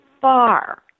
far